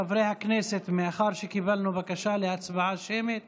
חברי הכנסת, מאחר שקיבלנו בקשה להצבעה שמית